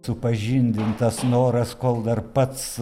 supažindintas noras kol dar pats